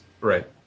Right